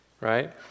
right